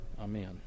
Amen